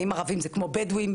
האם הערבים הם כמו בדואים,